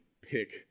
pick